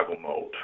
mode